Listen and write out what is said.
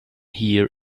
here